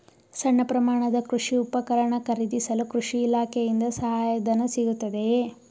ಸಣ್ಣ ಪ್ರಮಾಣದ ಕೃಷಿ ಉಪಕರಣ ಖರೀದಿಸಲು ಕೃಷಿ ಇಲಾಖೆಯಿಂದ ಸಹಾಯಧನ ಸಿಗುತ್ತದೆಯೇ?